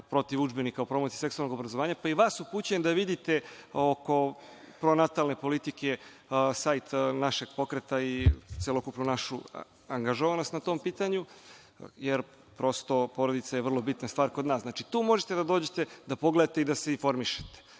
protiv udžbenika o promociji seksualnog obrazovanja, pa i vas upućujem da vidite oko natalne politike sajt našeg pokreta i celokupnu našu angažovanost na tom pitanju, jer prosto porodica je vrlo bitna stvar kod nas. Znači, tu možete da dođete da pogledate, da se informišete